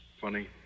Funny